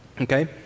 okay